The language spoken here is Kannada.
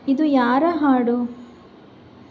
ಇದು ಯಾರ ಹಾಡು